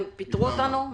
הם פיטרו אותנו?